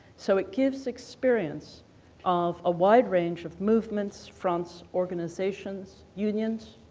so it gives experience of a wide range of movements, fronts, organisations, unions,